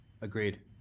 Agreed